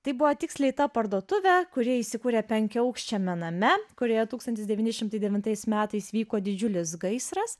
tai buvo tiksliai ta parduotuvė kuri įsikūrė penkiaaukščiame name kurioje tūkstantis devyni šimtai devintais metais vyko didžiulis gaisras